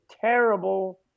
terrible